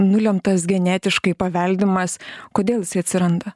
nulemtas genetiškai paveldimas kodėl atsiranda